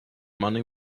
money